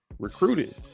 recruited